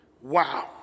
Wow